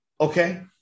okay